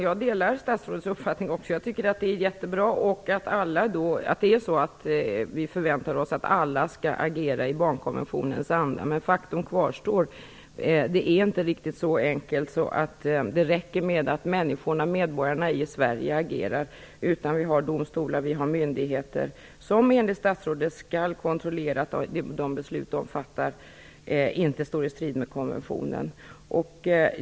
Herr talman! Jag delar statsrådets uppfattning. Jag tycker att det är jättebra att vi förväntar oss att alla skall agera i barnkonventionens anda. Men faktum kvarstår: Det är inte riktigt så enkelt att det räcker med att medborgarna i Sverige agerar. Vi har domstolar och myndigheter som enligt statsrådet skall kontrollera att de beslut som fattas inte står i strid med konventionen.